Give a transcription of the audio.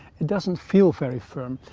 it doesn't feel very firm.